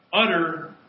utter